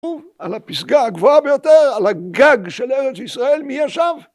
ישבו על הפסגה הגבוהה ביותר, על הגג של ארץ ישראל, מי ישב?